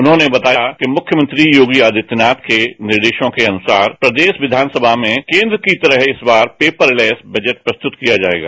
उन्होंने बताया कि मुख्यमंत्री योगी आदित्यनाथ के निर्देशों के अनुसार प्रदेश विधानसभा में केंद्र की तरह इस बार पेपर लेस बजट प्रस्तुत किया जाएगा